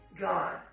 God